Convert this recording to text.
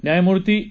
न्याय़मूर्ती ए